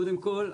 קודם כל,